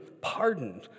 pardoned